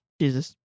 Jesus